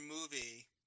movie